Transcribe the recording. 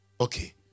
Okay